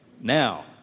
now